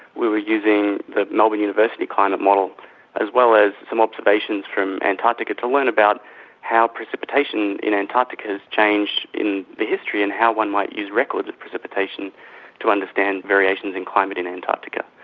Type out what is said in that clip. we were using the melbourne university climate model as well as some observations from antarctica to learn about how precipitation in antarctica has changed in the history and how one might use records of precipitation to understand variations in climate in antarctica.